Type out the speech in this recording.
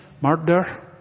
murder